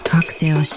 Cocktail